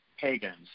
pagans